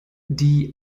die